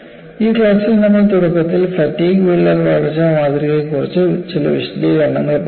ഈ ക്ലാസ്സിൽ നമ്മൾ തുടക്കത്തിൽ ഫാറ്റിഗ് വിള്ളൽ വളർച്ചാ മാതൃകയെക്കുറിച്ച് ചില വിശദീകരണങ്ങൾ പറഞ്ഞു